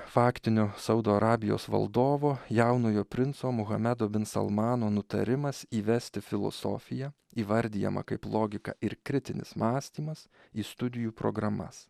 faktinio saudo arabijos valdovo jaunojo princo muhamedo bin salamano nutarimas įvesti filosofiją įvardijamą kaip logika ir kritinis mąstymas į studijų programas